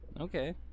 Okay